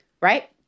right